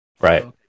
Right